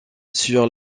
sur